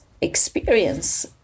experience